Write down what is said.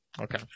Okay